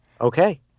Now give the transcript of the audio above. Okay